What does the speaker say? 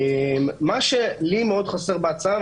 מה שלי מאוד חסר בהצעה,